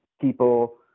people